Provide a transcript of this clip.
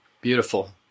Beautiful